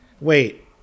Wait